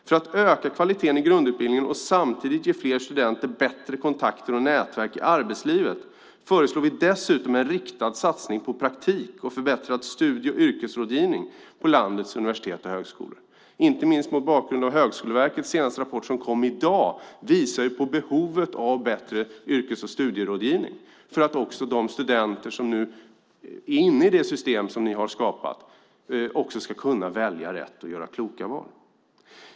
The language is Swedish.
För att öka kvaliteten i grundutbildningen och samtidigt ge fler studenter bättre kontakter och nätverk i arbetslivet föreslår vi dessutom en riktad satsning på praktik och förbättrad studie och yrkesrådgivning på landets universitet och högskolor. Inte minst Högskoleverkets senaste rapport som kom i dag visar på behovet av bättre yrkes och studierådgivning för att också de studenter som är inne i det system som ni har skapat ska kunna välja rätt och göra kloka val.